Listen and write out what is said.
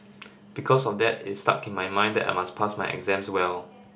because of that it stuck in my mind that I must pass my exams well